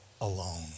alone